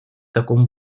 такому